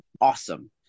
awesome